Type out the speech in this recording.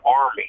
army